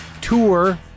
tour